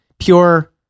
pure